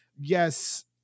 yes